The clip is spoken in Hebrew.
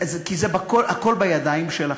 הכול בידיים שלכם.